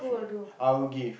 okay I will give